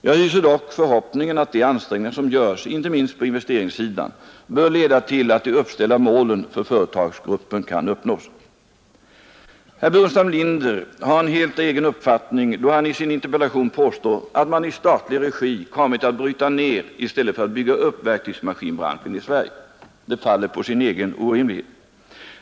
Jag hyser dock förhoppningen att de ansträngningar som görs, inte minst på investeringssidan, bör leda till att de uppställda målen för företagsgruppen kan uppnås. Herr Burenstam Linder har en helt egen uppfattning, då han i sin interpellation påstår att man i statlig regi kommit att bryta ner i stället för bygga upp verktygsmaskinbranschen i Sverige. Detta faller på sin egen orimlighet.